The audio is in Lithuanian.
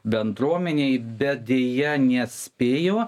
bendruomenėje bet deja neatspėjo